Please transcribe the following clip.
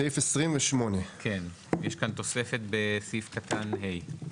סעיף 28. בסעיף 28 יש תוספת בסעיף קטן (ה).